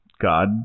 God